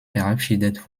verabschiedet